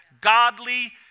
Godly